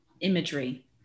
imagery